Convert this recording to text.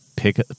pick